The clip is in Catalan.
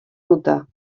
ruta